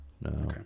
No